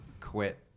quit